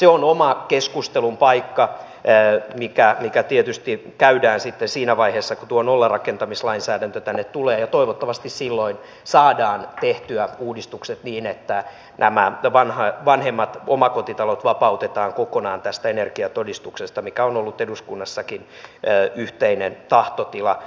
se on oma keskustelunsa paikka mikä tietysti käydään sitten siinä vaiheessa kun tuo nollarakentamislainsäädäntö tänne tulee ja toivottavasti silloin saadaan tehtyä uudistukset niin että nämä vanhemmat omakotitalot vapautetaan kokonaan tästä energiatodistuksesta mikä on ollut eduskunnassakin yhteinen tahtotila